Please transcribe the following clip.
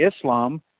Islam